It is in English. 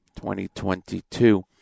2022